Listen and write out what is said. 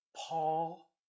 Paul